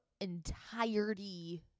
entirety